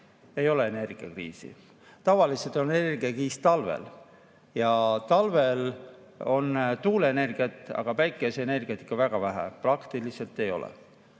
ei ole energiakriisi, tavaliselt on energiakriis talvel. Ja talvel on tuuleenergiat, päikeseenergiat aga ikka väga vähe, praktiliselt ei ole.